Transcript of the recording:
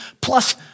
plus